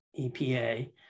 EPA